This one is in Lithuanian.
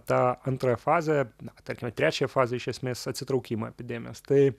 tą antrąją fazę na tarkime trečiąją fazę iš esmės atsitraukimą epidemijos tai